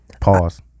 Pause